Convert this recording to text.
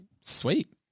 sweet